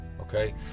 okay